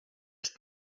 ist